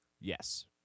Yes